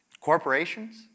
Corporations